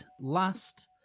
last